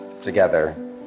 together